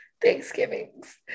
Thanksgivings